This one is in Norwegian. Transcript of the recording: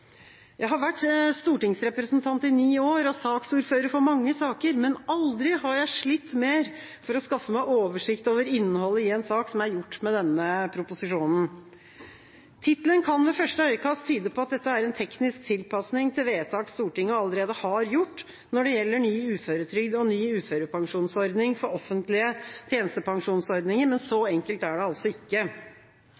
Jeg har vært stortingsrepresentant i ni år og saksordfører for mange saker, men aldri har jeg slitt mer for å skaffe meg oversikt over innholdet i en sak enn jeg har gjort med denne proposisjonen. Tittelen kan ved første øyekast tyde på at dette er en teknisk tilpasning til vedtak Stortinget allerede har gjort, når det gjelder ny uføretrygd og ny uførepensjonsordning for offentlige tjenestepensjonsordninger, men så